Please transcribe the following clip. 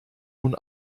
nun